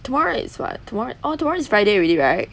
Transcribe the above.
tomorrow is what tomorr~ oh tomorrow is friday already right